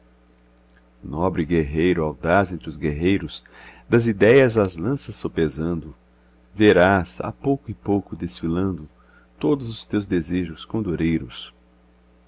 nobre guerreiro audaz entre os guerreiros das idéias as lanças sopesando verás a pouco e pouco desfilando todos os teus desejos